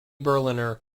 berliner